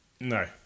No